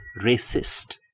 racist